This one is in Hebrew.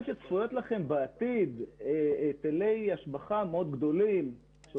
לכם בעתיד היטלי השבחה מאוד גדולים ואגב,